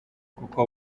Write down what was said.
kuko